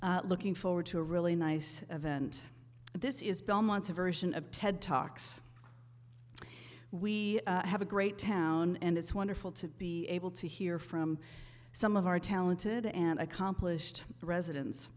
forward to a really nice event this is belmont's version of ted talks we have a great town and it's wonderful to be able to hear from some of our talented and accomplished residents